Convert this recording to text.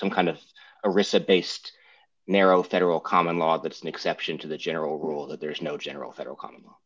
some kind of a receipt based narrow federal common law that's an exception to the general rule that there is no general federal com